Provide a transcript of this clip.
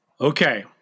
Okay